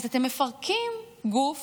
אז אתם מפרקים גוף